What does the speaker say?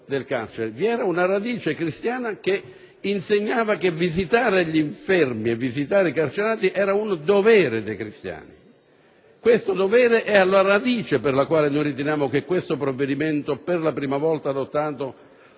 Vi era una radice cristiana che insegnava che visitare gli infermi ed i carcerati era un dovere dei cristiani. Questo dovere è la radice per la quale riteniamo che questo provvedimento, per la prima volta adottato